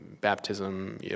baptism